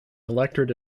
electorate